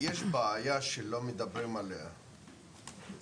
יש בעיה שלא מדברים עליה לצערי,